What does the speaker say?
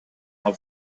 her